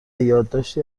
یادداشتی